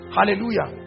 Hallelujah